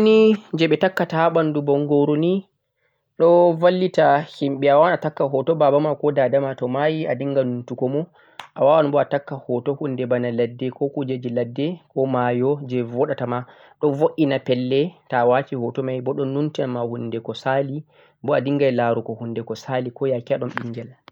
hoto ni jeh beh takkata ha mbandu bangoru ni do vallita himbe a wawan a takka hoto dada ma ko baba ma to mayi a dinga numtugo mo a wawan boh a takka hoto hunde bana ladde ko kujeji ladde ko mayo jeh vodata ma do vo'ina pelle to'a wati hoto mai boh do numtina ma hunde ko sali boh a dingan larugo hunde ko sali ko yake ado binghel